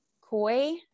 Koi